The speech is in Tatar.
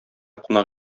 кунак